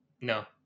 No